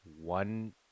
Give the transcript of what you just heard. one